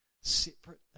separate